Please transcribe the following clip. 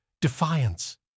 defiance